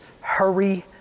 hurry